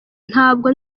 ntabwo